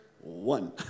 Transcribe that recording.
One